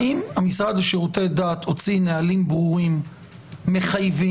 האם המשרד לשירותי דת הוציא נהלים ברורים ומחייבים